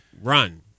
Run